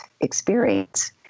experience